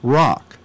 rock